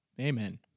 Amen